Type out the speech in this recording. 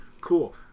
cool